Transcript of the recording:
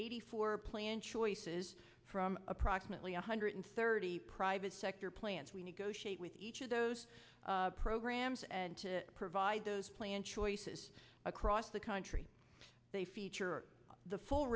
eighty four plan choices from approximately one hundred thirty private sector plans we negotiate with each of those programs and to provide those plan choices across the country they feature the full